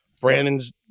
Brandon's